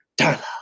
Darla